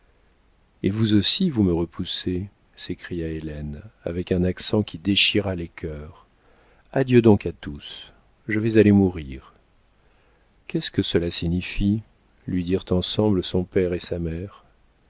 et vous aussi vous me repoussez s'écria hélène avec un accent qui déchira les cœurs adieu donc à tous je vais aller mourir qu'est-ce que cela signifie lui dirent ensemble son père et sa mère